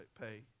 pay